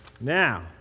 now